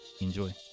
enjoy